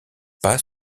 pas